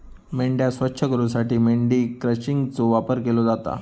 मेंढ्या स्वच्छ करूसाठी मेंढी क्रचिंगचो वापर केलो जाता